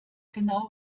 genau